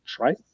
right